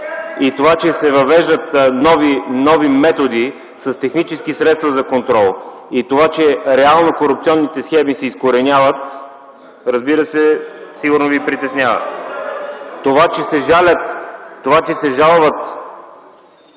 Това, че се въвеждат нови методи с технически средства за контрол и това, че реално корупционните схеми се изкореняват, разбира се, сигурно ви притеснява. Това, че се жалват нарушители,